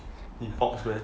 he box meh